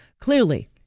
clearly